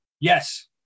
Yes